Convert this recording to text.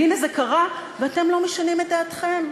והנה זה קרה, ואתם לא משנים את דעתכם,